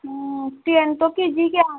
হুম train তো কি